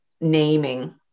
naming